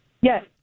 Yes